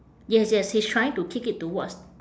yes yes he's trying to kick it towards